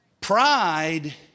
Pride